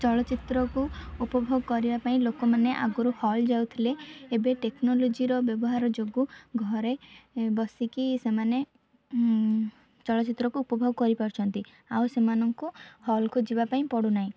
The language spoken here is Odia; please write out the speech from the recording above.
ଚଳଚ୍ଚିତ୍ରକୁ ଉପଭୋଗ କରିବା ପାଇଁ ଲୋକମାନେ ଆଗରୁ ହଲ୍ ଯାଉଥିଲେ ଏବେ ଟେକ୍ନୋଲୋଜିର ବ୍ୟବହାର ଯୋଗୁ ଘରେ ବସିକି ସେମାନେ ଚଳଚ୍ଚିତ୍ରକୁ ଉପଭୋଗ କରିପାରୁଛନ୍ତି ଆଉ ସେମାନଙ୍କୁ ହଲ୍କୁ ଯିବାକୁ ପଡ଼ୁନାହିଁ